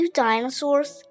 dinosaurs